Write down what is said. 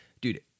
dude